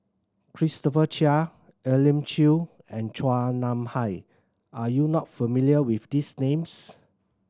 Christopher Chia Elim Chew and Chua Nam Hai are you not familiar with these names